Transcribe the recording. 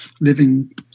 living